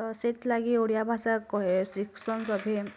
ତ ସେଥିଲାଗି ଓଡ଼ିଆଭାଷା ଶିଖସନ୍ ସଭିଏଁ